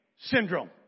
syndrome